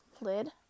lid